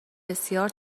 بسیار